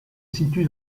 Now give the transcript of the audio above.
situe